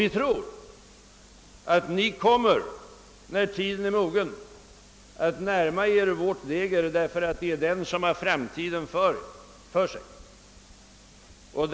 Vi tror att ni, när tiden är mogen, kommer att närma er vår ståndpunkt, ty det är den som har framtiden för sig.